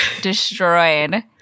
Destroyed